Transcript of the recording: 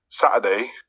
Saturday